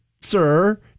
sir